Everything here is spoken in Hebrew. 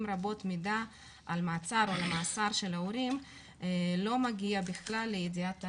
רבות מידע על מעצר או מאסר של ההורים לא מגיע בכלל לידיעת הרשויות.